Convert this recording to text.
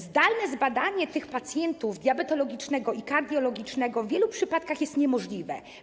Zdalne zbadanie tych pacjentów, diabetologicznego i kardiologicznego, w wielu przypadkach jest niemożliwe.